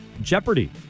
jeopardy